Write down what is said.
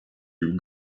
you